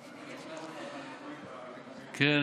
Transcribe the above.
כן.